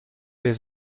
les